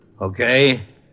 Okay